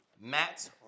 Matt